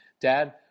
Dad